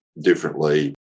differently